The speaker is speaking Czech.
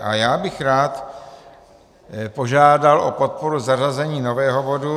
A já bych rád požádal o podporu zařazení nového bodu.